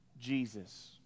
jesus